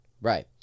Right